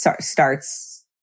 starts